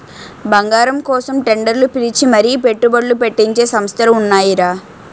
బంగారం కోసం టెండర్లు పిలిచి మరీ పెట్టుబడ్లు పెట్టించే సంస్థలు ఉన్నాయిరా